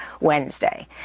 Wednesday